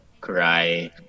cry